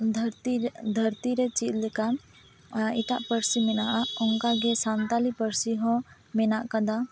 ᱫᱷᱟᱹᱨᱛᱤ ᱨᱮ ᱫᱷᱟᱹᱨᱛᱤ ᱨᱮ ᱪᱮᱫ ᱞᱮᱠᱟᱱ ᱮᱴᱟᱜ ᱯᱟᱹᱨᱥᱤ ᱢᱤᱱᱟᱜᱼᱟ ᱚᱱᱠᱟ ᱜᱮ ᱥᱟᱱᱛᱟᱲᱤ ᱯᱟᱹᱨᱥᱤ ᱦᱚᱸ ᱢᱤᱱᱟᱜ ᱠᱟᱫᱟ